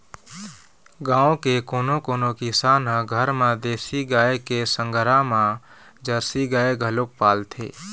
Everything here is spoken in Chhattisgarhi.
गाँव के कोनो कोनो किसान ह घर म देसी गाय के संघरा म जरसी गाय घलोक पालथे